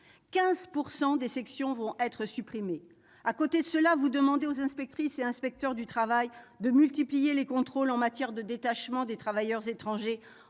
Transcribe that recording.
15 % des sections seront supprimées. À côté de cela, vous demandez aux inspectrices et inspecteurs du travail de multiplier les contrôles en matière de détachement des travailleurs étrangers,